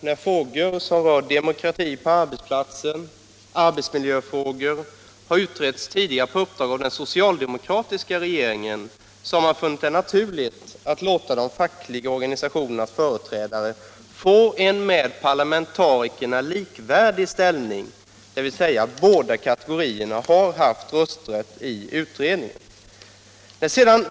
När frågor om demokrati på arbetsplatser och arbetsmiljöfrågor tidigare har utretts på uppdrag av den socialdemokratiska regeringen har man funnit det naturligt att låta de fackliga organisationernas företrädare få en med parlamentarikerna likvärdig ställning, dvs. båda kategorierna har haft rösträtt i utredningarna.